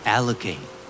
Allocate